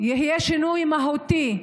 יהיה שינוי מהותי,